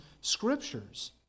scriptures